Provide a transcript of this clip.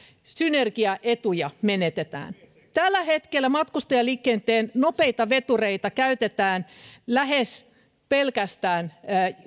synergiaetuja menetetään tällä hetkellä matkustajaliikenteen nopeita vetureita käytetään lähes pelkästään